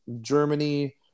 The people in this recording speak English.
Germany